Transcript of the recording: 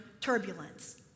turbulence